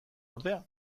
ordea